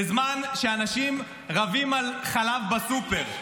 בזמן שאנשים רבים על חלב בסופר,